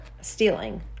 stealing